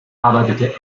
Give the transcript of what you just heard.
arbeitete